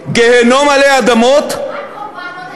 גיהינום עלי אדמות,